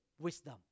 wisdom